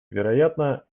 вероятно